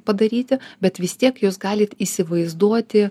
padaryti bet vis tiek jūs galit įsivaizduoti